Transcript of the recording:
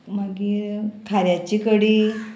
मागीर खाऱ्याची कडी